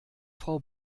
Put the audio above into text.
frau